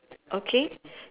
okay